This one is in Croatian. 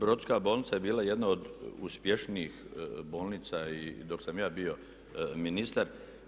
Brodska bolnica je bila jedna od uspješnijih bolnica i dok sam ja bio ministar.